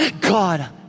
God